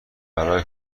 برای